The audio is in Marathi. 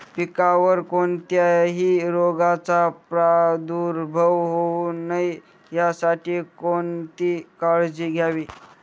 पिकावर कोणत्याही रोगाचा प्रादुर्भाव होऊ नये यासाठी कोणती काळजी घ्यावी?